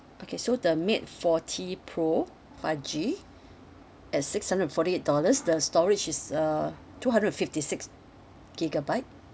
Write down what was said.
okay so the mate forty pro five G at six hundred and forty eight dollars the storage is uh two hundred and fifty six gigabyte